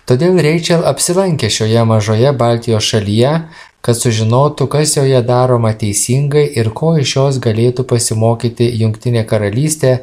todėl reičel apsilankė šioje mažoje baltijos šalyje kad sužinotų kas joje daroma teisingai ir ko iš jos galėtų pasimokyti jungtinė karalystė